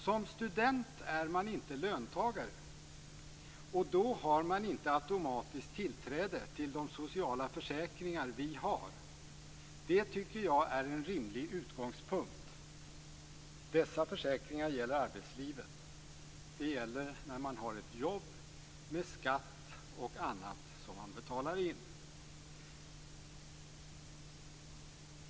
Som student är man inte löntagare, och då har man inte automatiskt tillträde till de sociala försäkringar vi har. Det tycker jag är en rimlig utgångspunkt. Dessa försäkringar gäller arbetslivet. De gäller när man har ett jobb med skatt och annat som man betalar in."